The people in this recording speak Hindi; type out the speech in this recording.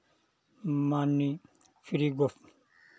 माननीय श्री गोस्